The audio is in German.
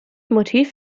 motiv